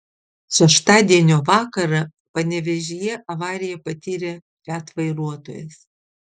šeštadienio vakarą panevėžyje avariją patyrė fiat vairuotojas